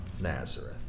Nazareth